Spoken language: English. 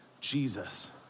Jesus